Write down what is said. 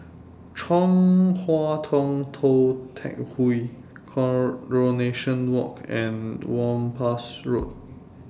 Chong Hua Tong Tou Teck Hwee Coronation Walk and Whampoa Road